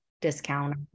discount